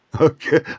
Okay